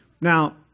Now